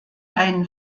einen